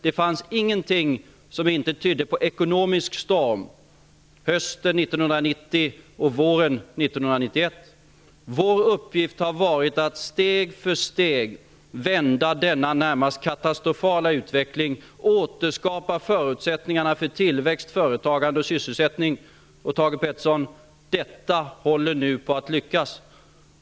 Det fanns ingenting som inte tydde på en ekonomisk storm under hösten 1990 och våren 1991. Vår uppgift har varit att steg för steg vända den närmast katastrofala utvecklingen och återskapa förutsättningarna för tillväxt, företagande och sysselsättning. Thage Peterson! Detta håller nu på att lyckas.